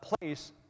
place